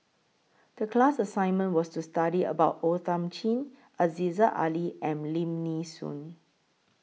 The class assignment was to study about O Thiam Chin Aziza Ali and Lim Nee Soon